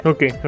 Okay